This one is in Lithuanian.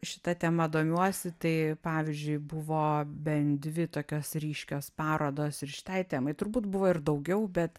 šita tema domiuosi tai pavyzdžiui buvo bent dvi tokios ryškios parodos ir šitai temai turbūt buvo ir daugiau bet